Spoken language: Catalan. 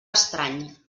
estrany